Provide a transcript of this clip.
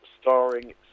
starring